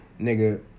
nigga